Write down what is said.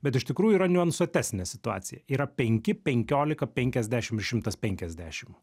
bet iš tikrųjų yra niuansuotesnė situacija yra penki penkiolika penkiasdešim ir šimtas penkiasdešim